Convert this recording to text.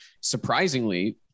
surprisingly